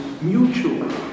mutual